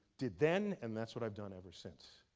did then, and that's what i've done ever since.